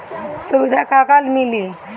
सुविधा का का मिली?